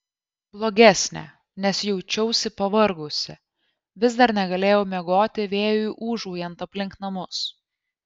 blogesnė nes jaučiausi pavargusi vis dar negalėjau miegoti vėjui ūžaujant aplink namus